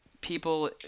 people